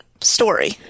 story